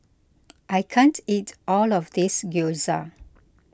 I can't eat all of this Gyoza